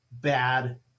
bad